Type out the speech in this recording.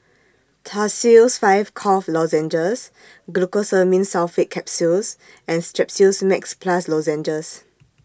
Tussils five Cough Lozenges Glucosamine Sulfate Capsules and Strepsils Max Plus Lozenges